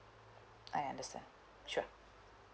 I understand sure